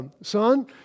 son